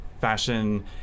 fashion